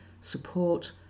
support